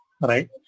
right